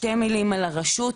שתי מילים על הרשות,